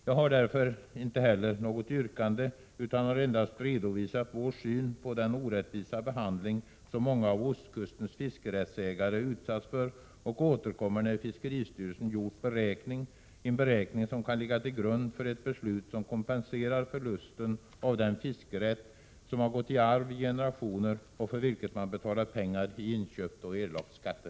Jag har därför inte heller något yrkande utan har endast redovisat vår syn på den orättvisa behandling som många av ostkustens fiskerättsägare utsatts för. Vi återkommer när fiskeristyrelsen gjort beräkningar, som kan ligga till grund för ett beslut som kompenserar förlusten av den fiskerätt som har gått i arv i generationer och för vilken man betalat pengar vid inköp och erlagt skatter.